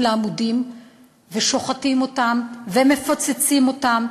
לעמודים ושוחטים אותם ומפוצצים אותם.